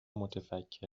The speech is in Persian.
متفکر